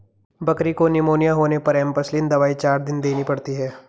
बकरी को निमोनिया होने पर एंपसलीन दवाई चार दिन देनी पड़ती है